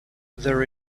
there